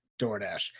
DoorDash